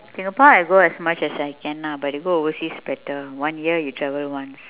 singapore I go as much as I can lah but to go overseas better one year we travel once